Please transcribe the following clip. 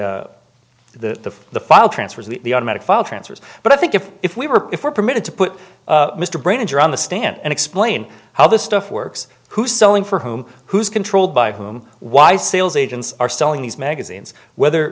the the file transfers the automatic file transfers but i think if if we were if were permitted to put mr brain injury on the stand and explain how this stuff works who's selling for whom who's controlled by whom why sales agents are selling these magazines whether